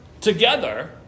together